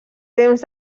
temps